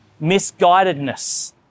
misguidedness